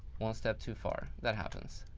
one step too far. that happens.